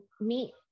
meet